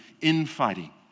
infighting